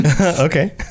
okay